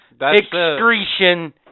excretion